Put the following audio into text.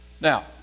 Now